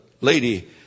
lady